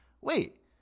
wait